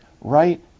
right